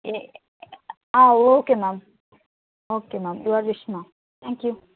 a ah okay ma'am okay ma'am your wish ma'am thank you